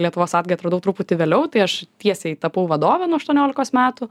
lietuvos atgają atradau truputį vėliau tai aš tiesiai tapau vadove nuo aštuoniolikos metų